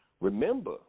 Remember